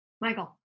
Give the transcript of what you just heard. Michael